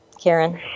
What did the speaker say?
Karen